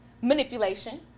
Manipulation